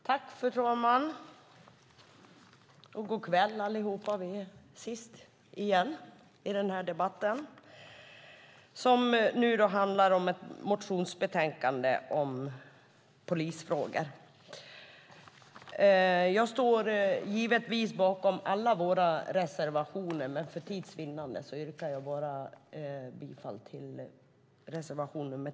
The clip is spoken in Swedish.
Fru talman! Godkväll, allihop! Vi är sist igen med den här debatten. Den handlar om ett motionsbetänkande om polisfrågor. Jag står givetvis bakom alla våra reservationer, men för att vinna tid yrkar jag bifall bara till reservation nr 10.